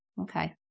Okay